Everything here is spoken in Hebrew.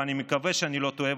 ואני מקווה שאני לא טועה,